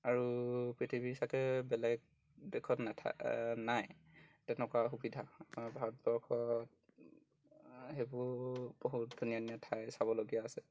আৰু পৃথিৱীৰ চাগৈ বেলেগ দেশত নাথাকে নাই তেনেকুৱা সুবিধা আমাৰ ভাৰতবৰ্ষত সেইবোৰ বহুত ধুনীয়া ধুনীয়া ঠাই চাবলগীয়া আছে